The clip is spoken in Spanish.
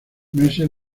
meses